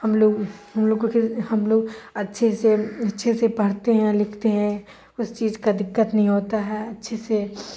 ہم لوگ ہم لوگ کو ہم لوگ اچھے سے اچھے سے پڑھتے ہیں لکھتے ہیں اس چیز کا دقت نہیں ہوتا ہے اچھے سے